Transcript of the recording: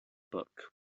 bulk